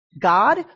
God